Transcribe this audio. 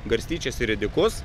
garstyčias ir ridikus